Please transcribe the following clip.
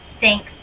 Thanks